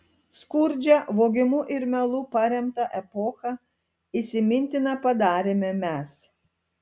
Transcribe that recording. skurdžią vogimu ir melu paremtą epochą įsimintina padarėme mes